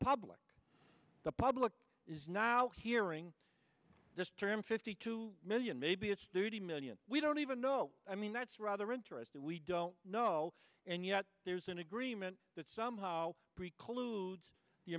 public the public is now hearing this term fifty two million maybe it's thirty million we don't even know i mean that's rather interesting we don't know and yet there's an agreement that somehow precludes